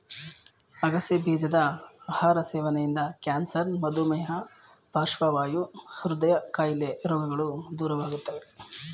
ಅಗಸೆ ಬೀಜದ ಆಹಾರ ಸೇವನೆಯಿಂದ ಕ್ಯಾನ್ಸರ್, ಮಧುಮೇಹ, ಪಾರ್ಶ್ವವಾಯು, ಹೃದಯ ಕಾಯಿಲೆ ರೋಗಗಳು ದೂರವಾಗುತ್ತವೆ